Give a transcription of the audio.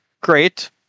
great